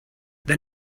then